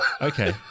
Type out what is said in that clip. okay